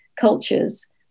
cultures